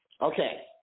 Okay